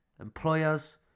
employers